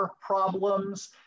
problems